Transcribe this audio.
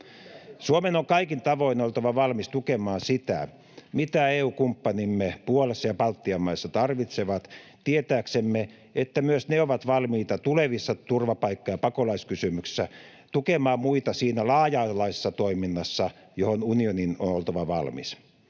Suomen on kaikin tavoin oltava valmis tukemaan sitä, mitä EU-kumppanimme Puolassa ja Baltian maissa tarvitsevat tietääksemme, että myös ne ovat valmiita tulevissa turvapaikka- ja pakolaiskysymyksissä tukemaan muita siinä laaja-alaisessa toiminnassa, johon unionin on oltava valmis.